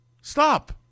Stop